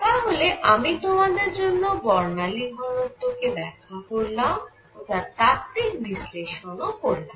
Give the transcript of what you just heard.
তাহলে আমি তোমাদের জন্য বর্ণালী ঘনত্ব কে ব্যাখ্যা করলাম ও তার তাত্ত্বিক বিশ্লেষণ ও করলাম